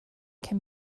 can